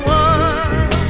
one